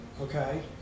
Okay